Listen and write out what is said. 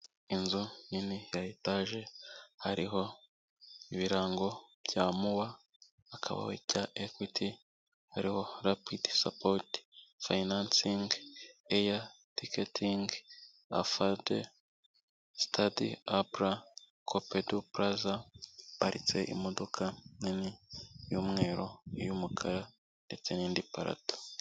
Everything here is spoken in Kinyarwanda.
Inzu nini ya etage hariho ibirango bya muwa akabaho icya equit hariho rapitsuport finansing air teuting afad stade apra copeto plaza iparitse imodoka nini y'umweru i yumukara ndetse n'indi parato